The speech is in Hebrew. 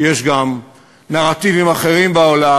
כי יש גם נרטיבים אחרים בעולם,